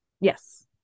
Yes